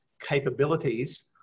capabilities